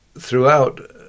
throughout